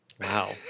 wow